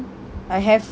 I have